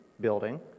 building